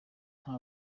nta